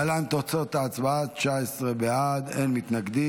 להלן תוצאות ההצבעה: 19 בעד, אין מתנגדים.